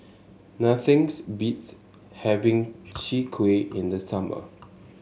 nothings beats having Chwee Kueh in the summer